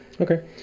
okay